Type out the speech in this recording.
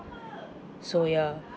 so ya